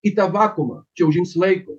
į tą vakuumą čia užims laiko